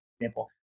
example